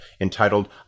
entitled